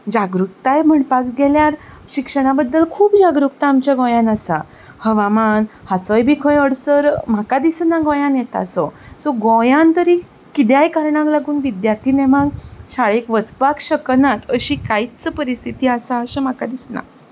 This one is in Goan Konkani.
जागृताय म्हणपाक गेल्यार शिक्षणा बद्दल खूब जागृता आमच्या गोंयांत आसा हवामान हाचोय बी कांय अडचर म्हाका दिसना गोंयांत येता असो सो गोंयांत तरी कित्याय कारणाक लागून विद्यार्थी नेमान शाळेक वचपाक शकनात अशी कांयच परिस्थिती आसा अशें म्हाका दिसना